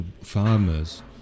farmers